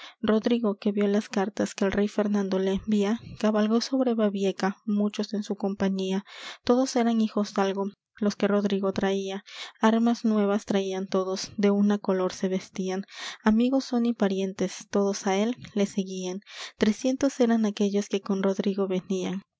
rodrigo que vió las cartas que el rey fernando le envía cabalgó sobre babieca muchos en su compañía todos eran hijosdalgo los que rodrigo traía armas nuevas traían todos de una color se vestían amigos son y parientes todos á él le seguían trescientos eran aquellos que con rodrigo venían